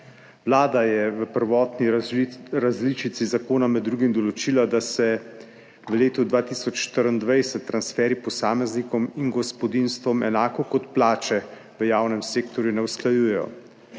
Vlada je v prvotni različici zakona med drugim določila, da se v letu 2024 transferji posameznikom in gospodinjstvom, enako kot plače v javnem sektorju, ne usklajujejo.